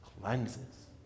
cleanses